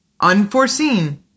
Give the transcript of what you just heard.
Unforeseen